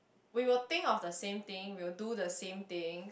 we will think of the same thing we will do the same thing